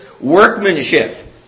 workmanship